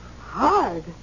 Hard